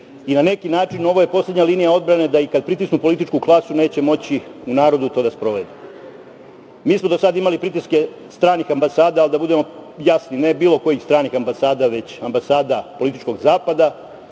i na neki način ovo je poslednja linija odbrane da i kad pritisnu političku klasu neće moći u narodu to da sprovedu. Mi smo do sada imali pritiske stranih ambasada, ali da budemo jasni, ne bilo kojih stranih ambasada, već ambasada političkog zapada,